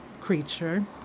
creature